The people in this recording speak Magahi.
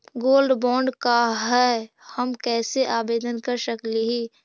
गोल्ड बॉन्ड का है, हम कैसे आवेदन कर सकली ही?